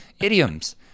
idioms